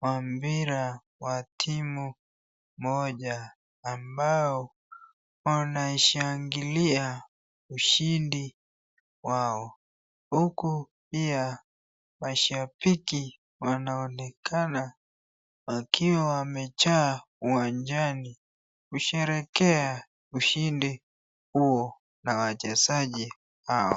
wa mpira wa timu moja ambao wanashangilia ushindi wao, huku pia mashabiki wanaonekana wakiwa wamejaa uwanjani kusherehekea ushindi huo na wachezaji hawa.